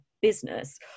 business